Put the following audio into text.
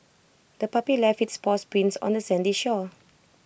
the puppy left its paw prints on the sandy shore